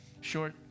short